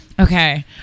Okay